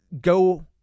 go